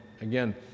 again